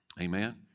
Amen